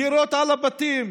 יריות על הבתים,